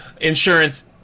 insurance